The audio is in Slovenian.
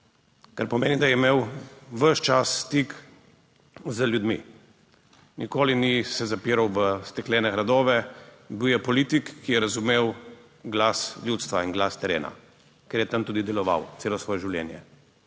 kar pomeni, da je imel ves čas stik z ljudmi. Nikoli se ni zapiral v steklene gradove, bil je politik, ki je razumel glas ljudstva in glas terena, ker je tam tudi deloval celo svoje življenje.